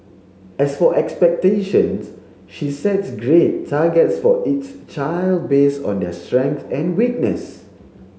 as for expectations she sets grade targets for each child based on their strengths and weakness